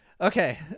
okay